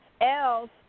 else